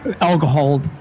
alcohol